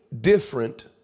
different